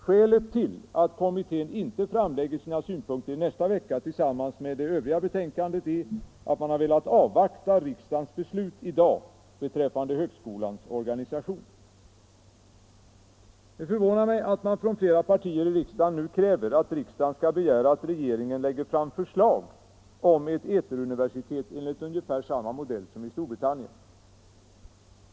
Skälet till att kommittén inte framlägger sina synpunkter i nästa vecka tillsammans med det övriga betänkandet är att man har velat avvakta riksdagens beslut i dag beträffande högskolans organisation. Det förvånar mig att man från flera partier i riksdagen nu kräver att riksdagen skall begära att regeringen lägger fram förslag om ett ”eteruniversitet enligt ungefär samma modell som i Storbritannien”.